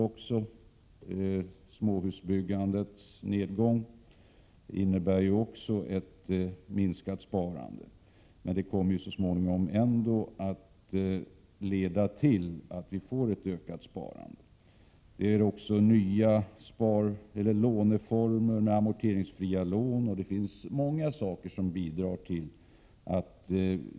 Även småhusbyggandets nedgång innebär ett minskat sparande, men det kommer så småningom att leda till att vi får ett ökat sparande. En annan anledning till det låga hushållssparandet är nya låneformer med amorteringsfria lån. Det finns även många andra orsaker.